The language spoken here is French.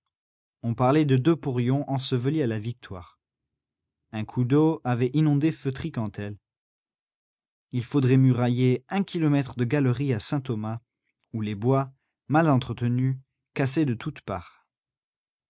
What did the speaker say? on parlait de deux porions ensevelis à la victoire un coup d'eau avait inondé feutry cantel il faudrait murailler un kilomètre de galerie à saint-thomas où les bois mal entretenus cassaient de toutes parts